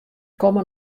komme